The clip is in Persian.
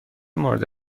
مورد